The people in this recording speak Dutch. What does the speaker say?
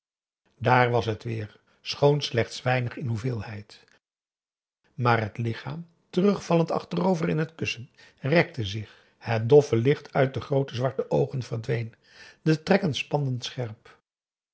dààr was het weer schoon slechts weinig in hoeveelheid maar het lichaam terugvallend achterover in het kussen rekte zich het doffe licht uit de groote zwarte oogen verdween de trekken spanden scherp